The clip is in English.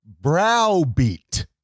Browbeat